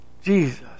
Jesus